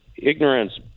Ignorance